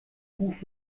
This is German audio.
buch